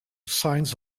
signs